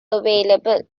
available